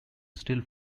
still